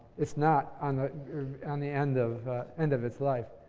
it's not on the on the end of end of its life.